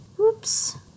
oops